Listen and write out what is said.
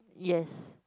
yes